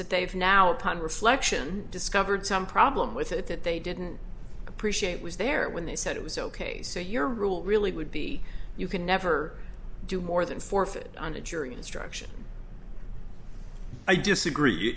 that they've now upon reflection discovered some problem with it that they didn't appreciate was there when they said it was ok so your rule really would be you can never do more than forfeit on a jury instruction i disagree